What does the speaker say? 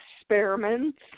experiments